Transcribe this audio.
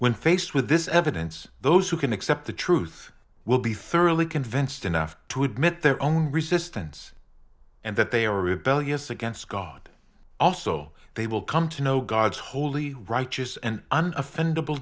when faced with this evidence those who can accept the truth will be thoroughly convinced enough to admit their own resistance and that they are rebellious against god also they will come to know god's holy righteous and an offend